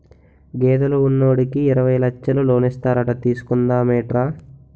గేదెలు ఉన్నోడికి యిరవై లచ్చలు లోనిస్తారట తీసుకుందా మేట్రా